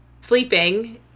sleeping